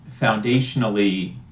foundationally